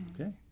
Okay